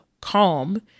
calm